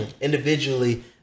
individually